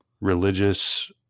religious